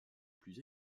plus